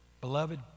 beloved